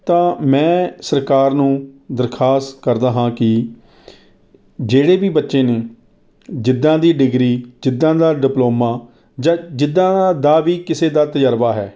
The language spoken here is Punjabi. ਤਾਂ ਮੈਂ ਸਰਕਾਰ ਨੂੰ ਦਰਖਾਸਤ ਕਰਦਾ ਹਾਂ ਕਿ ਜਿਹੜੇ ਵੀ ਬੱਚੇ ਨੇ ਜਿੱਦਾਂ ਦੀ ਡਿਗਰੀ ਜਿੱਦਾਂ ਦਾ ਡਿਪਲੋਮਾ ਜਾਂ ਜਿੱਦਾਂ ਦਾ ਦਾ ਵੀ ਕਿਸੇ ਦਾ ਤਜ਼ਰਬਾ ਹੈ